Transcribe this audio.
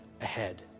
ahead